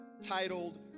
titled